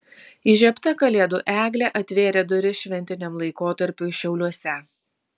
įžiebta kalėdų eglė atvėrė duris šventiniam laikotarpiui šiauliuose